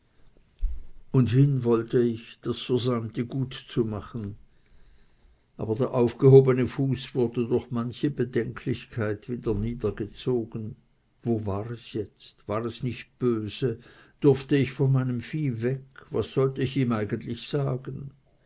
und hin wollte ich das versäumte gut zu machen aber der aufgehobene fuß wurde durch manche bedenklichkeit wieder niedergezogen wo war es jetzt war es nicht böse durfte ich von meinem vieh weg was sollte ich ihm eigentlich sagen